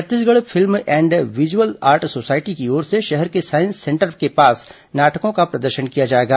Chhattisgarh film and visual art society की ओर से शहर के साईस सेंटर के पास नाटकों का प्रदर्शन किया जाएगा